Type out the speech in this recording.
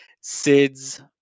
Sid's